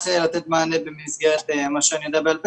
לתת מענה במסגרת מה שאני יודע בעל פה,